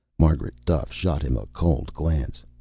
margaret duffe shot him a cold glance.